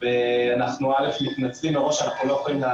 לפחות בהיבטים של הטיפול כמו שהמנכ"ל ציין על רשתות הביטחון,